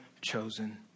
chosen